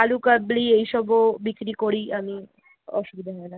আলু কাবলি এই সবও বিক্রি করি আমি অসুবিধা হয় না